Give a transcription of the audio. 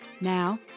Now